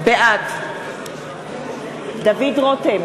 בעד דוד רותם,